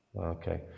Okay